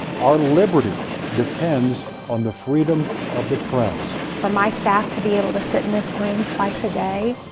our liberty depends on the freedom of the press. for my staff to be able to sit in this room twice a day.